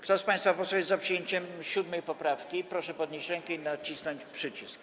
Kto z państwa posłów jest za przyjęciem 7. poprawki, proszę podnieść rękę i nacisnąć przycisk.